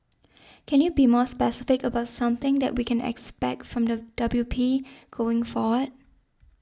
can you be more specific about something that we can expect from the W P going forward